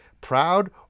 proud